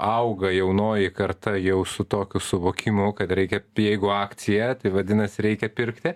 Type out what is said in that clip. auga jaunoji karta jau su tokiu suvokimu kad reikia jeigu akcija tai vadinasi reikia pirkti